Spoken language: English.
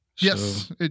Yes